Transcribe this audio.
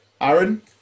Aaron